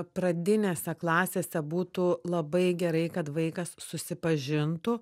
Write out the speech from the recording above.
pradinėse klasėse būtų labai gerai kad vaikas susipažintų